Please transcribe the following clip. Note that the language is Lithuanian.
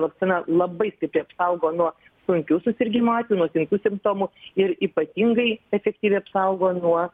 vakcina labai stipriai apsaugo nuo sunkių susirgimo atvejų nuo sunkių simptomų ir ypatingai efektyviai apsaugo nuo